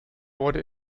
wurde